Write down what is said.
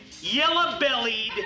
yellow-bellied